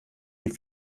wie